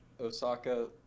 Osaka